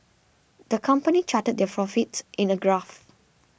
the company charted their fro fits in a graph